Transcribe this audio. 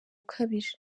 ukabije